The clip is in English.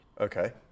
Okay